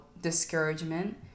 discouragement